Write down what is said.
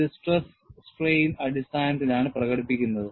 ഇത് stress strain അടിസ്ഥാനത്തിലാണ് പ്രകടിപ്പിക്കുന്നത്